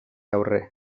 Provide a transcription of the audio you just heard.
aurre